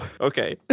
Okay